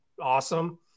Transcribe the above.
awesome